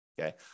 okay